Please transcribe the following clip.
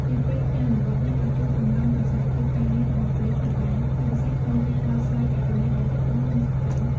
ទីពីរ ការអនុវត្តនេះក៏ជួយ ពង្រឹងប្រសិទ្ធភាពការងាររបស់ប៉ូលិសផងដែរ ជាពិសេសក្នុងការដោះស្រាយករណីដែលទាក់ទងនឹងស្ត្រី។